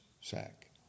sack